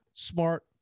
Smart